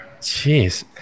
Jeez